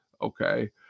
okay